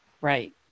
Right